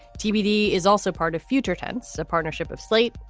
tbd is also part of future tense, a partnership of slate,